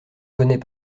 connaît